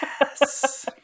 Yes